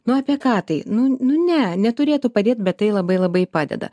nu apie ką tai nu nu ne neturėtų padėt bet tai labai labai padeda